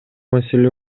маселе